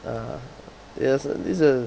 uh yes this a